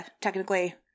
technically